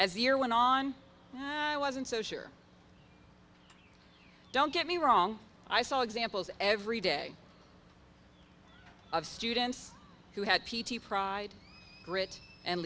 year went on i wasn't so sure don't get me wrong i saw examples every day of students who had p t pride grit and